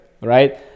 right